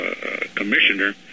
commissioner